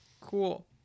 Cool